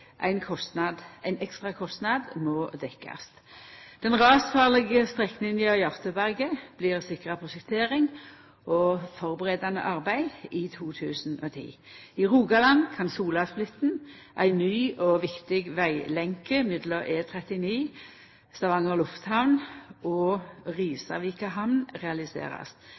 ein ekstra kostnad må dekkjast. Den rasfarlege strekninga Hjårtåberga blir sikra prosjektering og førebuande arbeid i 2010. I Rogaland kan Solasplitten, ei ny og viktig veglenkje mellom E 39, Stavanger lufthamn og Risavika hamn realiserast.